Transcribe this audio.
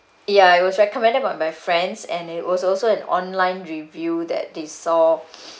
ya it was recommended by my friends and it was also an online review that they saw